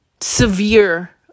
severe